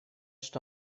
что